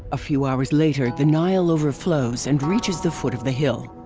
a few hours later the nile overflows and reaches the foot of the hill.